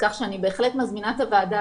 כך שאני בהחלט מזמינה את הוועדה,